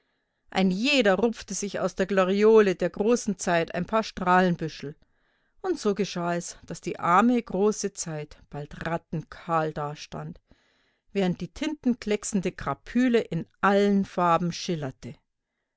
ein jeder rupfte sich aus der gloriole der großen zeit ein paar strahlenbüschel und so geschah es daß die arme große zeit bald rattenkahl dastand während die tintenklecksende crapüle in allen farben schillerte